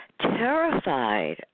terrified